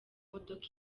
modoka